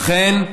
לכן,